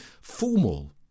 formal